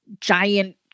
giant